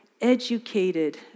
educated